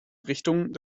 richtung